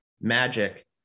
magic